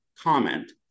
comment